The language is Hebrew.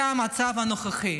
זה המצב הנוכחי.